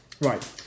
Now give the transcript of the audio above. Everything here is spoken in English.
right